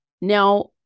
Now